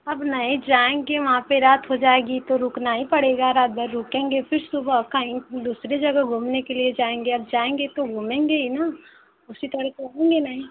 अब नहीं जाएंगे वहाँ पर रात हो जाएगी तो रुकना ही पड़ेगा रात भर रुकेंगे फिर सुबह कहीं दूसरी जगह घूमने के लिए जाएंगे अब जाएंगे तो घूमेंगे ही न उसी तरह तो रहेंगे नहीं